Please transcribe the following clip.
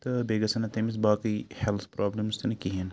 تہٕ بیٚیہِ گژھیٚن نہٕ تٔمِس باقٕے ہیٚلٕتھ پرٛابلِمٕز تہِ نہٕ کِہیٖنۍ نہٕ